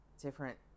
different